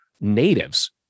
natives